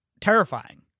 terrifying